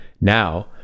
now